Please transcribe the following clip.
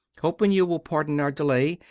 hoping you will pardon our delay,